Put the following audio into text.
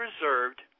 reserved